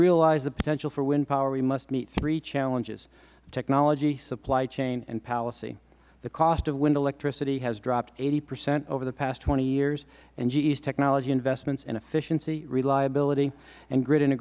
realize the potential for wind power we must meet three challenges technology supply chain and policy the cost of wind electricity has dropped eighty percent over the past twenty years and ge's technology investments in efficiency reliability and gri